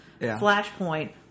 Flashpoint